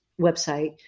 website